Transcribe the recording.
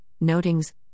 notings